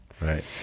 Right